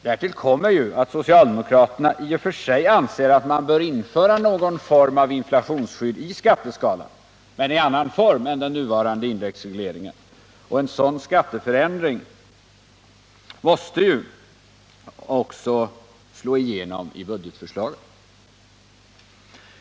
Därtill kommer att socialdemokraterna i och för sig anser att man bör införa någon form av inflationsskydd i skatteskalan men i annan form än indexregleringen och att en sådan skatteförändring ju måste slå igenom i budgetförslaget.